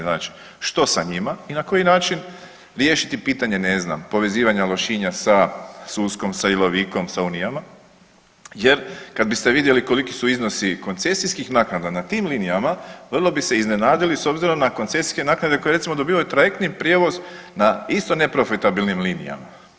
Znači što sa njima i na koji način riješiti pitanje ne znam povezivanje Lošinja sa Suskom, sa Ilovikom, sa Unijama jer kad biste vidjeli koliki su iznosi koncesijskih naknada na tim linijama vrlo bi se iznenadili s obzirom na koncesijske naknade koje recimo dobivaju trajektni prijevoz na isto neprofitabilnim linijama.